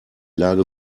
lage